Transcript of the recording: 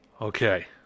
Okay